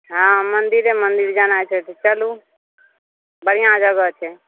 हँ मंदिरे मंदिर जाना छै तऽ चलू बढ़िआँ जगह छै